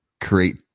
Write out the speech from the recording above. create